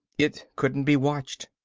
it couldn't be watched.